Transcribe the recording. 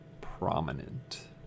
prominent